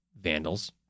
vandals